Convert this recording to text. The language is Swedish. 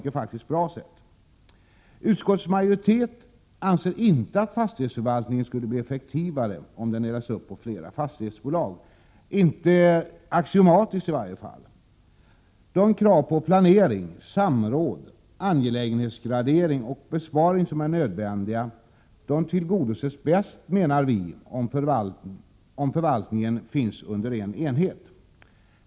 Utskottets majoritet anser inte att fastighetsförvaltningen skulle bli effektivare om den delades upp på flera fastighetsbolag, i varje fall inte axiomatiskt. De krav på planering, samråd, angelägenhetsgradering och besparing som är nödvändiga tillgodoses bäst, menar vi, om förvaltningen finns under en enhet.